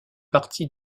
partie